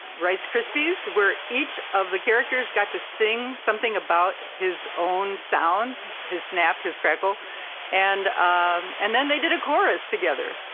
rice krispies where each of the characters got to sing something about his own sound. his snap, his crackle and um and then they did a chorus together.